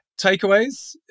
Takeaways